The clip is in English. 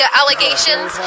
allegations